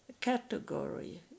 category